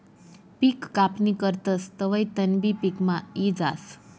पिक कापणी करतस तवंय तणबी पिकमा यी जास